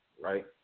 right